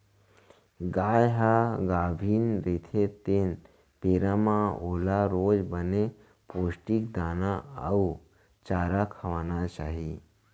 गाय ह गाभिन रहिथे तेन बेरा म ओला रोज बने पोस्टिक दाना अउ चारा खवाना चाही